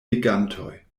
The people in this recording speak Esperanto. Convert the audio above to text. vagantoj